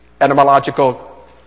etymological